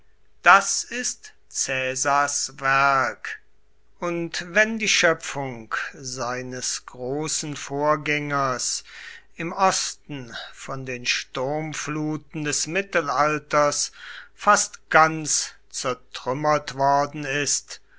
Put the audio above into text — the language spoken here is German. das ist caesars werk und wenn die schöpfung seines großen vorgängers im osten von den sturmfluten des mittelalters fast ganz zertrümmert worden ist